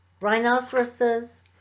rhinoceroses